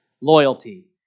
loyalty